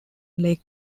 lake